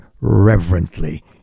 reverently